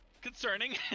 concerning